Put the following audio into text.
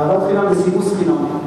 אהבת חינם וסימוס חינם.